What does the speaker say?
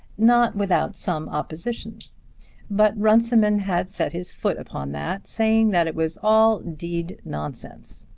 not without some opposition but runciman had set his foot upon that, saying that it was all d nonsense.